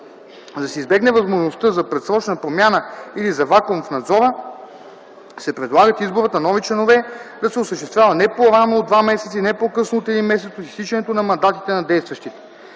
За да се избегне възможността за предсрочна промяна или за вакуум в надзора, се предлага изборът на нови членове да се осъществява не по-рано от два месеца и не по-късно от един месец от изтичането на мандатите на действащите.